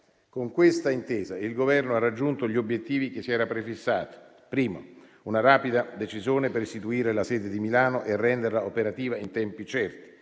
Con questa intesa, il Governo ha raggiunto gli obiettivi che si era prefissato: in primo luogo, una rapida decisione per istituire la sede di Milano e renderla operativa in tempi certi;